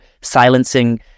silencing